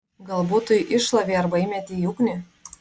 galbūt tu jį iššlavei arba įmetei į ugnį